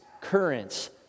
currents